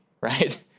Right